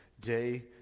day